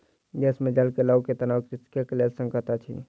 देश मे जल के लअ के तनाव कृषक के लेल संकट अछि